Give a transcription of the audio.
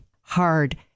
hard